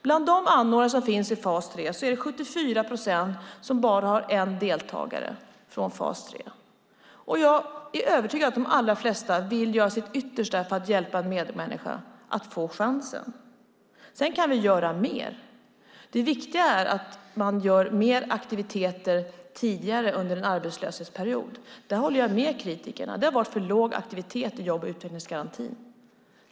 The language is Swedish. Bland de anordnare som finns i fas 3 är det 74 procent som bara har en deltagare från fas 3. Jag är övertygad om att de allra flesta vill göra sitt yttersta för att hjälpa en medmänniska att få chansen. Sedan kan vi göra mer. Det viktiga är att man gör mer aktiviteter tidigare under en arbetslöshetsperiod. Där håller jag med kritikerna: Det har varit för låg aktivitet i jobb och utvecklingsgarantin.